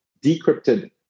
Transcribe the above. decrypted